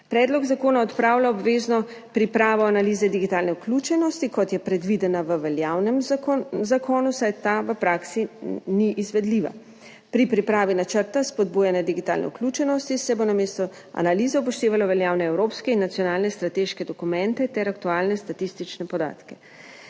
Predlog zakona odpravlja obvezno pripravo analize digitalne vključenosti, kot je predvidena v veljavnem zakonu, saj ta v praksi ni izvedljiva. Pri pripravi načrta spodbujanja digitalne vključenosti se bo namesto analize upoštevalo veljavne evropske in nacionalne strateške dokumente ter aktualne statistične podatke.